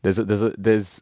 there's a there's a there's